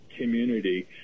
community